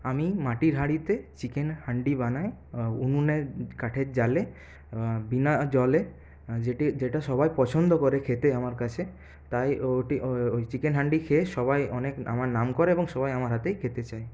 আমি মাটির হাঁড়িতে চিকেন হান্ডি বানাই উনুনে কাঠের জালে বিনা জলে যেটি যেটা সবাই পছন্দ করে খেতে আমার কাছে তাই ওটি ওই চিকেন হান্ডি খেয়ে সবাই অনেক আমার নাম করে এবং সবাই আমার হাতেই খেতে চায়